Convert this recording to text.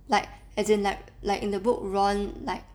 like as in like like in the book ron like